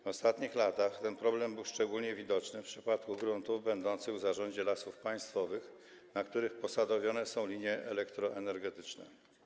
W ostatnich latach ten problem był szczególnie widoczny w przypadku gruntów będących w zarządzie Lasów Państwowych, na których posadowione są linie elektroenergetyczne.